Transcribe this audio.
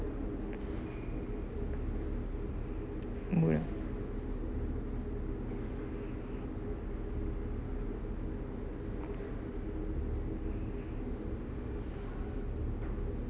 mood ah